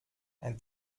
ein